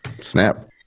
snap